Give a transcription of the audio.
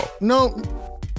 No